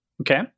Okay